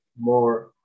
more